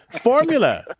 formula